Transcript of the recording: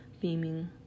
beaming